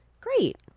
Great